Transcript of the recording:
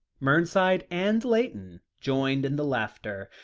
mernside and layton joined in the laughter,